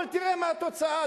אבל תראה מה התוצאה,